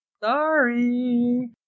Sorry